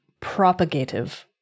propagative